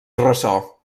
ressò